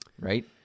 right